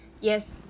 Yes